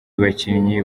bakinnyi